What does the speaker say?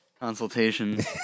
consultation